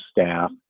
staff